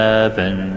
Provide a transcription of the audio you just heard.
Heaven